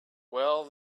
well